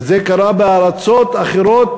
וזה קרה בארצות אחרות,